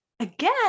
again